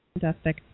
fantastic